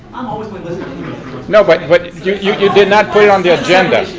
i'm always no, but you but you did not put it on the agenda.